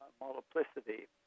multiplicity